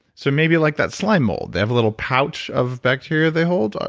so maybe like that slime mold, they have a little pouch of bacteria they hold,